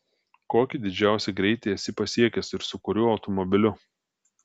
kokį didžiausią greitį esi pasiekęs ir su kuriuo automobiliu